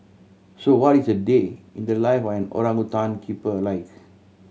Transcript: so what is a day in the life of an orangutan keeper like